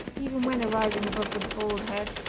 even when arising above the bald head,